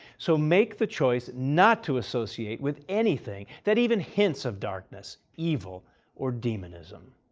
so make the choice not to associate with anything that even hints of darkness, evil or demonism.